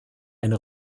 eine